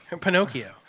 Pinocchio